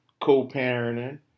co-parenting